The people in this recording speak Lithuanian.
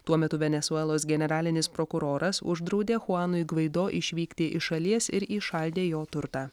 tuo metu venesuelos generalinis prokuroras uždraudė chuanui gvaido išvykti iš šalies ir įšaldė jo turtą